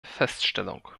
feststellung